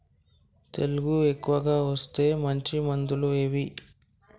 తెగులు ఎక్కువగా వస్తే మంచి మందులు ఏవి?